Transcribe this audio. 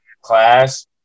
class